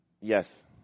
Yes